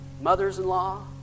mothers-in-law